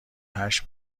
هشت